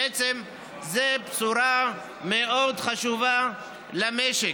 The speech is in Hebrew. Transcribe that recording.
זו בשורה מאוד חשובה למשק.